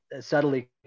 subtly